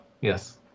yes